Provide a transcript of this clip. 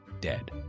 dead